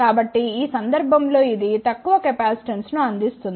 కాబట్టి ఈ సందర్భం లో ఇది తక్కువ కెపాసిటెన్స్ను అందిస్తుంది